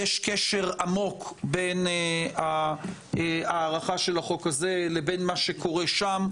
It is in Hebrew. יש קשר עמוק בין הארכה של החוק הזה לבין מה שקורה שם.